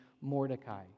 Mordecai